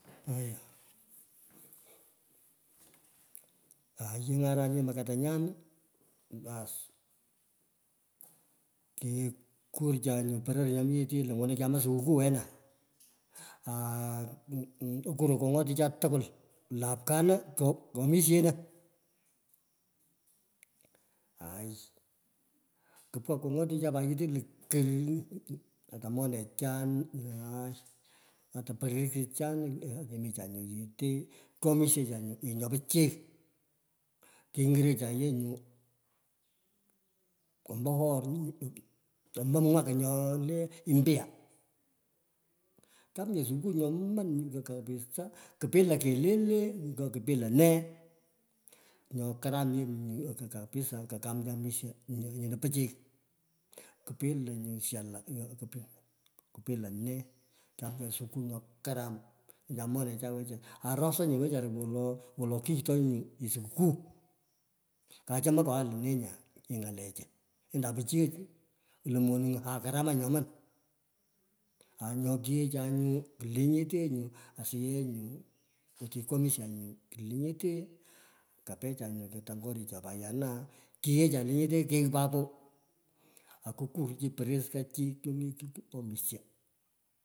Aya, yengey oran ye omto karanyan, baas. Kekor cha poror nyo mi yetei lo nyono kyama sukuu wena. Akuron konyoticha tukwul lo apkana, komkomishene. Aaai, kupika kongoticha pat yetei lokur, ata monechan, aai, ata pororis ko chan, kemicha nyu yetee, kyomishecha nyu nyo pichiy. Kengerecha ye nyu ombo kor ombo mwaka nyo le mpya. Kaam nye sukuu nyoman kabisaa, kupila kelele, ngo kupila nee. Nyo karam nyeenyu kupisa kakaam cha misho nyimo pichiy kupila nyu shala kup kupila nee kyamcha sukukuu nyo karam. Olenchan monechun arosa nyu wechara wolo, wolo kighto nyu sukukuu. Kachamkwa yee lenee nyaa nyalechi andan pichiyech kolo oningo aai karamach nyoman. Aaai kinyo kigheicha yee nyu klenyete asiyech ye nyuu otino koomishecha nyu lenyetekapecha nyo ketang koricho pat yanaa kighecha lenyete kigh papo aku kukur chipat pororis ko chi kumi pich kwomisyo.